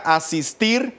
asistir